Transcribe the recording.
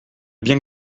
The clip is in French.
bien